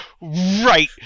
right